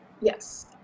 yes